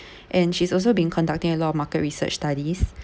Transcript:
and she's also been conducting a lot of market research studies